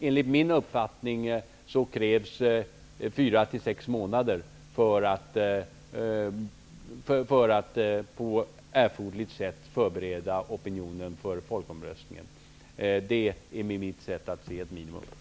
Enligt min uppfattning krävs det 4--6 månader för att man på erforderligt sätt skall kunna förbereda opinionen. Enligt mitt sätt att se är detta ett minimum.